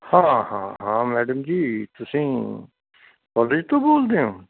ਹਾਂ ਹਾਂ ਹਾਂ ਮੈਡਮ ਜੀ ਤੁਸੀਂ ਕੋਲੇਜ ਤੋਂ ਬੋਲਦੇ ਹੋ